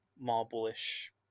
marble-ish